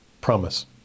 promise